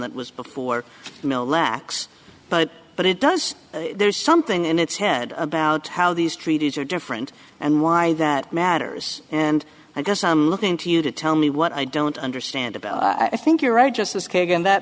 that was before the mill lax but but it does there's something in its head about how these treaties are different and why that matters and i guess i'm looking to you to tell me what i don't understand about i think you're right just